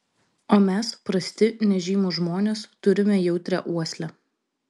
o mes prasti nežymūs žmonės turime jautrią uoslę